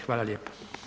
Hvala lijepa.